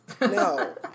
no